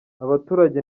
abaturage